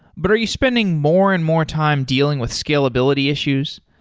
but are you spending more and more time dealing with scalability issues?